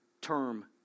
term